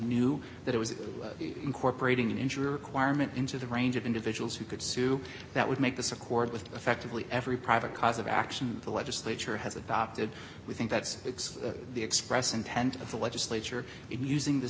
knew that it was incorporating an injury requirement into the range of individuals who could sue that would make this accord with effectively every private cause of action the legislature has adopted we think that it's the express intent of the legislature in using the